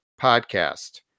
podcast